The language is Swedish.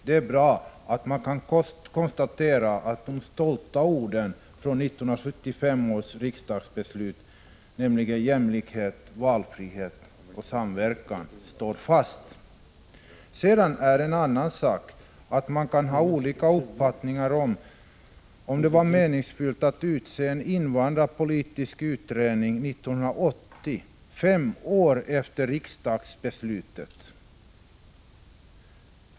Det är bra att man kan konstatera att de stolta orden från 1975 års riksdagsbeslut, om jämlikhet, valfrihet och samverkan, står fast. Sedan är det en annan sak att man kan ha olika uppfattningar om huruvida det var meningsfullt att utse en invandrarpolitisk utredning 1980, fem år efter riksdagsbeslutet.